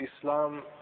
Islam